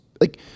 like-